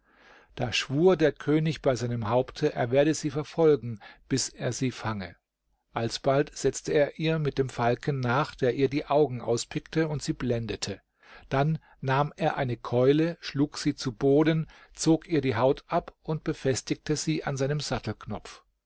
da schwur der könig bei seinem haupte er werde sie verfolgen bis er sie fange alsbald setzte er ihr mit dem falken nach der ihr die augen auspickte und sie blendete dann nahm er eine keule schlug sie zu boden zog ihr die haut ab und befestigte sie an seinem sattelknopf